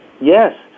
Yes